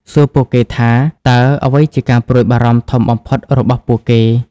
សួរពួកគេថា តើអ្វីជាការព្រួយបារម្ភធំបំផុតរបស់ពួកគេ?